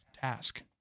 task